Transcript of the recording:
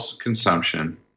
consumption